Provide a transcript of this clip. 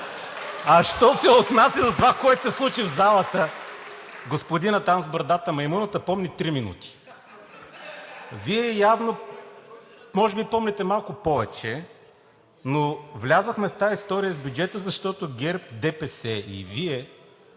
Що се отнася до това, което се случи в залата, господинът там с брадата, маймуната помни три минути. (Смях от ИТН.) Вие може би помните малко повече. Но влязохме в тази история с бюджета, защото ГЕРБ, ДПС и Вие